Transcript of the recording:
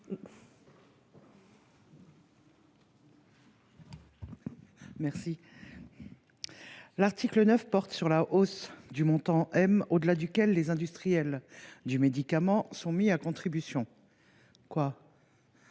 Silvani. L’article 9 porte sur la hausse du montant M au delà duquel les industriels du médicament sont mis à contribution. Nous